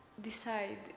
decide